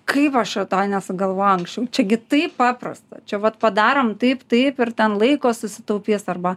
kaip aš čia to nesugalvojau anksčiau čia gi taip paprasta čia vat padarom taip taip ir ten laiko susitaupys arba